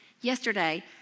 Yesterday